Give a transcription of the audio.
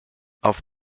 auf